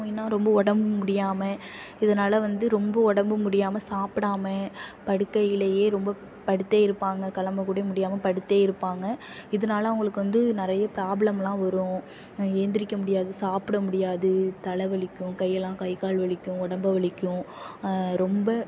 நோயினால் ரொம்ப உடம்பு முடியாமல் இதனால வந்து ரொம்ப உடம்பு முடியாமல் சாப்பிடாம படுக்கையிலேயே ரொம்ப படுத்தே இருப்பாங்க கிளம்ப கூட முடியாமல் படுத்தே இருப்பாங்க இதனால அவங்களுக்கு வந்து நிறைய ப்ராப்ளமெலாம் வரும் எழுந்திரிக்க முடியாது சாப்பிட முடியாது தலை வலிக்கும் கையெலாம் கை கால் வலிக்கும் உடம்பை வலிக்கும் ரொம்ப